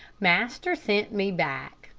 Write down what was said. master sent me back.